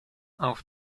auf